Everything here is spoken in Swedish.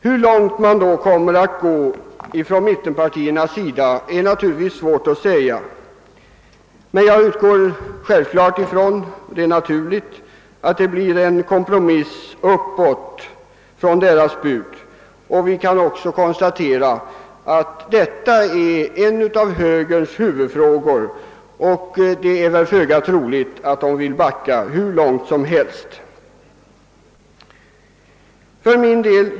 Hur långt man då kommer att sträcka sig från mittenpartiernas sida är naturligtvis svårt att säga, men jag utgår som självklart ifrån att det blir en kompromiss uppåt från mittenpartiernas bud. Försvarsfrågan är ju en av högerns huvudfrågor och det är väl därför föga troligt att högern vill backa hur långt som helst.